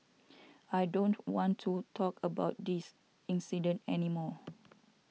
I don't want to talk about this incident any more